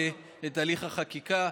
גם מברוקלין.